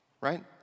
Right